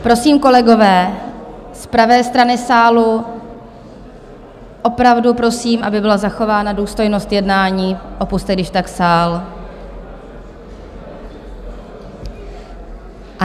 Prosím, kolegové z pravé strany sálu, opravdu prosím, aby byla zachována důstojnost jednání, opusťte když tak sál.